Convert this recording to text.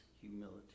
humility